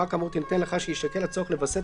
הוראה כאמור תינתן לאחר שיישקל הצורך לווסת